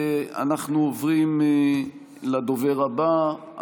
אנחנו עוברים לדובר הבא,